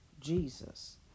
Jesus